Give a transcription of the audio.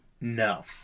No